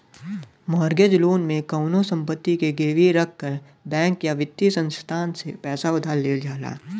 mortgage loan में कउनो संपत्ति के गिरवी रखकर बैंक या वित्तीय संस्थान से पैसा उधार लेवल जाला